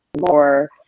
more